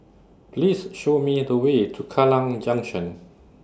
Please Show Me The Way to Kallang Junction